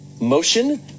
motion